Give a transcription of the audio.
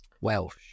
Welsh